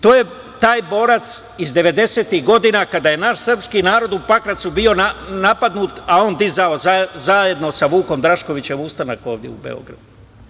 To je taj borac iz devedesetih godina, kada je naš srpski narod u Pakracu bio napadnut, a on dizao zajedno sa Vukom Draškovićem ustanak ovde u Beogradu.